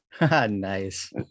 nice